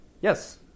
Yes